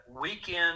weekend